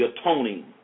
atoning